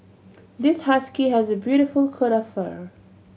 this husky has a beautiful coat of fur